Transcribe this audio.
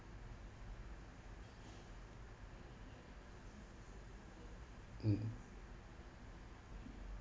mm